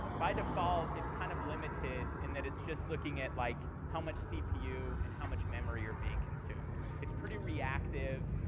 by default, it's kind of limited in it's just looking at like how much cpu and how much memory are being consumed. it's pretty react ive.